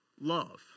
love